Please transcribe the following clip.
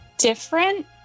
Different